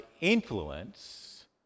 influence